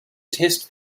test